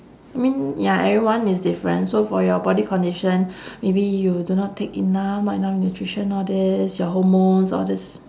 I mean ya everyone is different so for your body condition maybe you do not take enough not enough nutrition all this your hormones all this